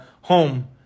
home